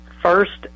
first